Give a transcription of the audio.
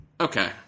Okay